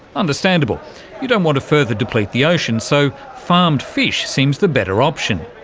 understandable you don't want to further deplete the oceans, so farmed fish seems the better option.